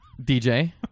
dj